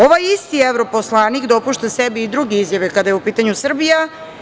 Ovaj isti europoslanik dopušta sebi i druge izjave kada je u pitanju Srbija.